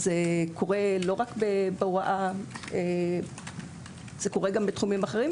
זה קורה לא רק בהוראה אלא גם בתחומים אחרים.